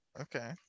Okay